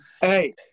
Hey